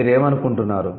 మీరు ఏమనుకుంటున్నారు